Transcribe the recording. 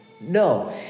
No